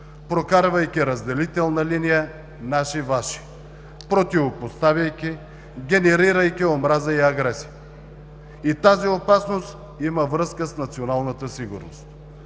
прокарвайки разделителна линия „наши – ваши“, противопоставяйки, генерирайки омраза и агресия. И тази опасност има връзка с националната сигурност.